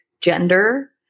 gender